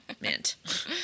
mint